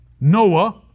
Noah